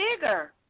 bigger